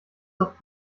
doch